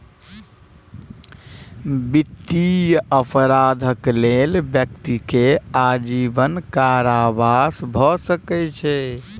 वित्तीय अपराधक लेल व्यक्ति के आजीवन कारावास भ सकै छै